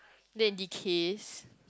then it decays